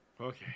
Okay